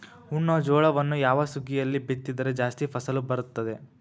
ಉಣ್ಣುವ ಜೋಳವನ್ನು ಯಾವ ಸುಗ್ಗಿಯಲ್ಲಿ ಬಿತ್ತಿದರೆ ಜಾಸ್ತಿ ಫಸಲು ಬರುತ್ತದೆ?